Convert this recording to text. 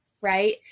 right